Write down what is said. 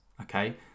Okay